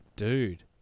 Dude